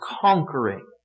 conquering